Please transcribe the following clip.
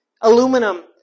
Aluminum